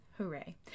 Hooray